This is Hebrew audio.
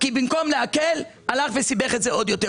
במקום להקל, הלך וסיבך את זה עוד יותר.